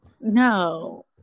no